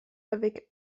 avec